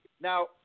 now